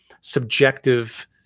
subjective